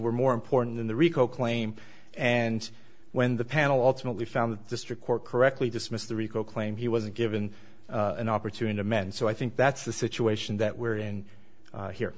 were more important than the rico claim and when the panel ultimately found the district court correctly dismissed the rico claim he was given an opportunity men so i think that's the situation that we're in here